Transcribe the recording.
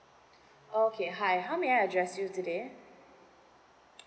okay hi how may I address you today